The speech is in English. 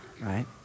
right